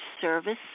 service